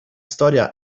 storia